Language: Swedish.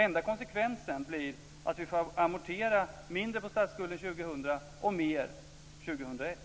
Enda konsekvensen blir att vi får amortera mindre på statsskulden år 2000 och mer år 2001,